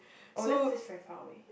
orh that's just very far away